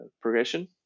progression